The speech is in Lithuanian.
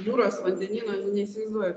jūros vandenyno neįsivaizduoju